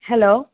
hello